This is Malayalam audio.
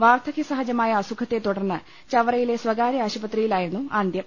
വാർദ്ധക്യസഹജമായ അസുഖത്തെ തുടർന്ന് ചവറയിലെ സ്വകാര്യ ആശുപത്രി യിലായിരുന്നു അന്ത്യം